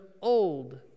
old